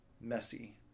messy